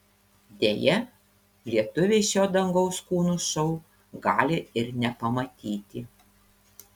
deja lietuviai šio dangaus kūnų šou gali ir nepamatyti